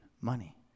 money